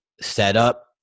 setup